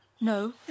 No